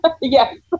Yes